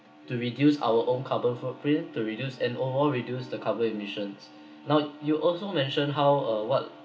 to reduce our own carbon footprint to reduce and overall reduce the carbon emissions now you also mentioned how uh what